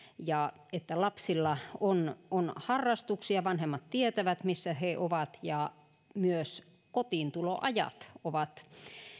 ja että lapsilla on on harrastuksia vanhemmat tietävät missä he ovat ja myös kotiintuloajat ovat